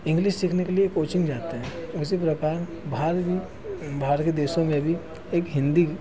English सीखने के लिए कोचिंग जाते हैं उसी प्रकार बाहर भी बाहर के देशों में भी एक हिन्दी